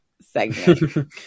segment